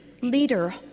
leader